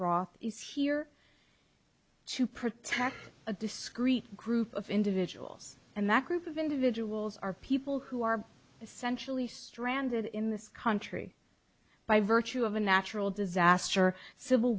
is here to protect a discrete group of individuals and that group of individuals are people who are essentially stranded in this country by virtue of a natural disaster or civil